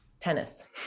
tennis